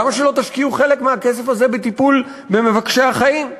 למה שלא תשקיעו חלק מהכסף הזה בטיפול במבקשי החיים?